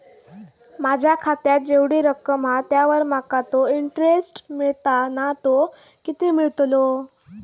माझ्या खात्यात जेवढी रक्कम हा त्यावर माका तो इंटरेस्ट मिळता ना तो किती मिळतलो?